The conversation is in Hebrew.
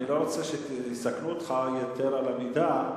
אני לא רוצה שיסכנו אותך יתר על המידה,